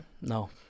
No